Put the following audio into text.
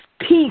peace